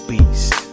Beast